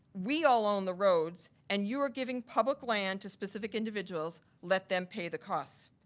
we all own the roads. and you are giving public land to specific individuals, let them pay the cost.